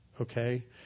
okay